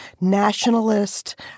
nationalist